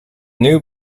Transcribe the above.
new